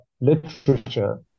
literature